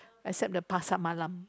except the Pasar Malam